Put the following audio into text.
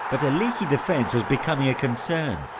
but a leaky defence was becoming a concern.